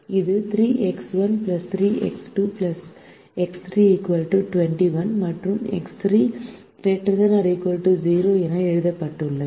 இது 3X1 3X2 X3 21 மற்றும் X3 ≥ 0 என எழுதப்பட்டுள்ளது